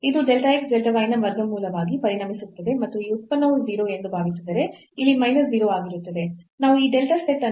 ಇದು delta x delta y ನ ವರ್ಗಮೂಲವಾಗಿ ಪರಿಣಮಿಸುತ್ತದೆ ಮತ್ತು ಈ ಉತ್ಪನ್ನವು 0 ಎಂದು ಭಾವಿಸಿದರೆ ಇಲ್ಲಿ ಮೈನಸ್ 0 ಆಗಿರುತ್ತದೆ